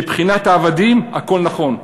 מבחינת העבדים, הכול נכון.